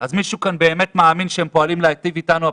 אז מישהו כאן באמת מאמין שהם פועלים להיטיב איתנו הפצועים?